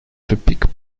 тупик